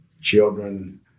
children